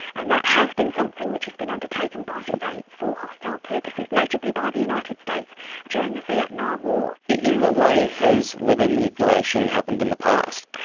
and that has been something which has been undertaken by and states for hostile purposes, notably by the united states during the vietnam war. in what way has weather manipulation happened in the past?